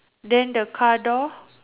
then the car door